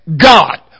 God